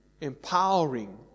empowering